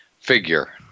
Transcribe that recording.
figure